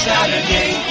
Saturday